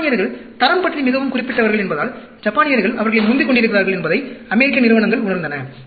ஜப்பானியர்கள் தரம் பற்றி மிகவும் குறிப்பிட்டவர்கள் என்பதால் ஜப்பானியர்கள் அவர்களை முந்திக் கொண்டிருக்கிறார்கள் என்பதை அமெரிக்க நிறுவனங்கள் உணர்ந்தன